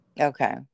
Okay